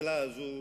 הממשלה הזאת,